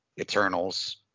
Eternals